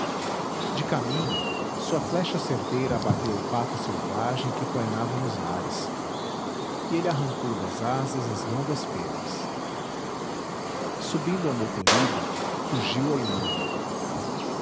de caminho sua flecha certeira abateu o pato selvagem que plainava nos ares e ele arrancou das asas as longas penas subindo ao mocoribe rugiu a inúbia